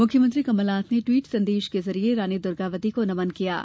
मुख्यमंत्री कमलनाथ ने ट्वीट संदेश के जरिए रानी दुर्गावती को नमन किया है